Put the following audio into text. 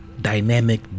Dynamic